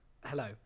Hello